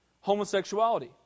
Homosexuality